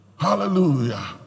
hallelujah